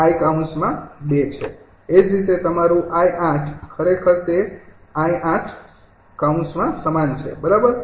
એ જ રીતે તમારુ 𝑖૮ ખરેખર તે 𝑖૮ સમાન છે બરાબર